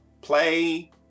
play